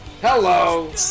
Hello